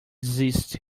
zest